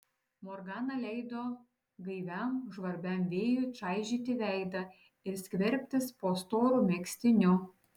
morgana leido gaiviam žvarbiam vėjui čaižyti veidą ir skverbtis po storu megztiniu